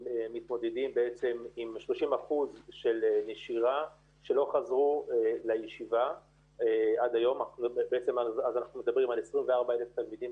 30% לא חזרו לישיבה - מה שאומר שיש 24,000 תלמידים